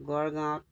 গড়গাঁৱত